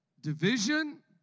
division